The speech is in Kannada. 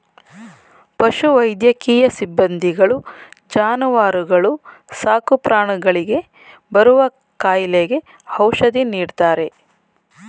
ಪಶು ವೈದ್ಯಕೀಯ ಸಿಬ್ಬಂದಿಗಳು ಜಾನುವಾರುಗಳು ಸಾಕುಪ್ರಾಣಿಗಳಿಗೆ ಬರುವ ಕಾಯಿಲೆಗೆ ಔಷಧಿ ನೀಡ್ತಾರೆ